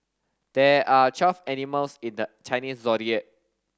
there are twelve animals in the Chinese Zodiac